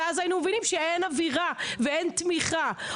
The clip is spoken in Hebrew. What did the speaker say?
כי אז היינו מבינים שאין אווירה ואין תמיכה.